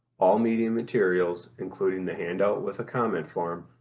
all meeting materials, including the handout with a comment form,